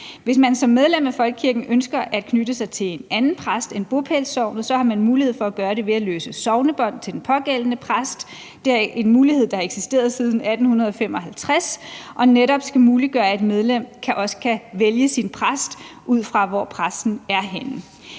Hvis man som medlem af folkekirken ønsker at knytte sig til en anden præst end bopælssognets, har man mulighed for at gøre det ved at løse sognebånd til den pågældende præst. Det er en mulighed, der har eksisteret siden 1855, og som netop skal muliggøre, at et medlem kan vælge sin præst, ud fra hvor præsten er henne.